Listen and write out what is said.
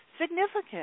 significant